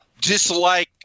dislike